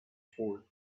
four